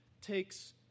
takes